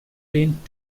print